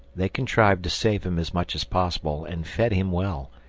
they contrived to save him as much as possible, and fed him well,